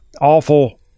awful